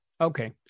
Okay